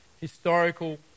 historical